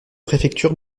préfecture